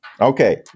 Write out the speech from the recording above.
Okay